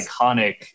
iconic